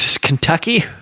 Kentucky